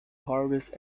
harvest